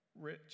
rich